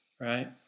right